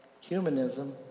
humanism